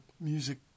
Music